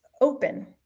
open